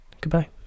Goodbye